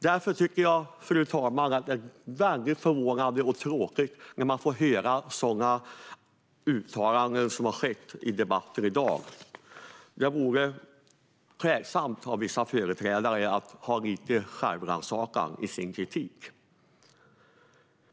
Därför tycker jag, fru talman, att det är väldigt förvånande och tråkigt att höra sådana uttalanden som har gjorts i debatten i dag. Det vore klädsamt av vissa företrädare att ha lite självrannsakan i sin kritik.